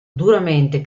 duramente